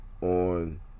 on